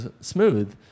smooth